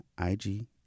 IG